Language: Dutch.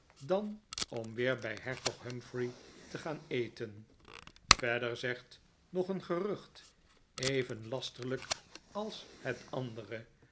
dan om weer bij hertog humphrey te gaan eten verder zegt nog een gerucht even lasterlijk als het andere